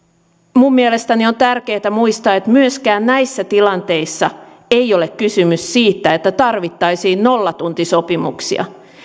minun mielestäni on tärkeätä muistaa että myöskään näissä tilanteissa ei ole kysymys siitä että tarvittaisiin nollatuntisopimuksia